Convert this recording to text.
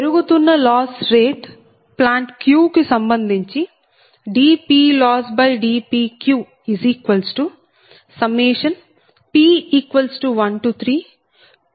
పెరుగుతున్న loss rate plant q కు సంబంధించి dPLossdPqp132 BpqPp